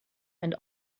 and